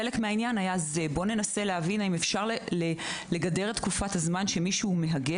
חלק מהעניין היה הרצון להבין האם אפשר לגדר את תקופה הזמן של מהגר.